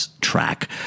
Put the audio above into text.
track